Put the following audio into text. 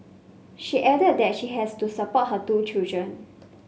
she added that she has to support her two children